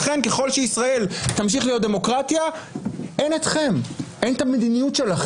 אחרי ששמת מטען ואתה מדליק את הדינמיט עוד אתה מאשים אותנו.